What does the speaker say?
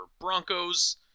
Broncos